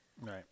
Right